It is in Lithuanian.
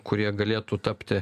kurie galėtų tapti